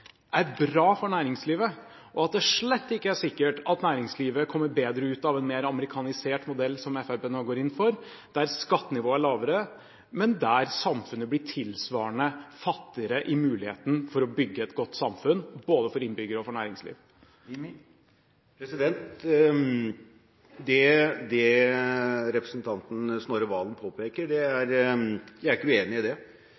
er bra for næringslivet, og at det slett ikke er sikkert at næringslivet kommer bedre ut med en mer amerikanisert modell, som Fremskrittspartiet nå går inn for, der skattenivået er lavere, men der samfunnet blir tilsvarende fattigere i muligheten for å bygge et godt samfunn både for innbyggere og for næringsliv? Det representanten Serigstad Valen påpeker, er jeg ikke uenig i. Det er